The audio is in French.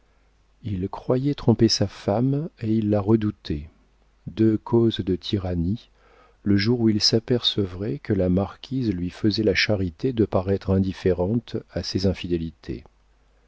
il croyait tromper sa femme et il la redoutait deux causes de tyrannie le jour où il s'apercevrait que la marquise lui faisait la charité de paraître indifférente à ses infidélités